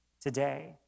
today